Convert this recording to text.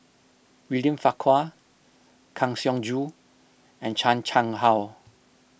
William Farquhar Kang Siong Joo and Chan Chang How